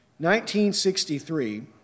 1963